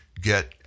get